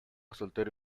soltero